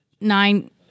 Nine